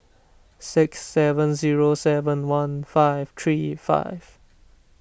six seven zero seven one five three five